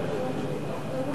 היושבת-ראש,